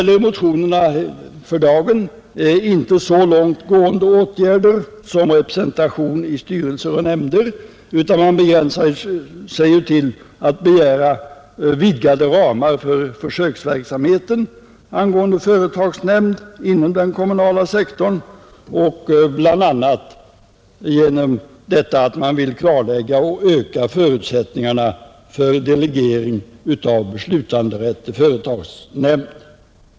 Dagens motioner gäller väl inte så långt gående åtgärder som representation i styrelser och nämnder, utan man begränsar sig till att begära vidgade ramar för försöksverksamheten med företagsnämnd inom den kommunala sektorn, bl.a. för att klarlägga och öka förutsättningarna för delegering av beslutanderätt i företagsnämnd.